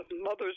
mother's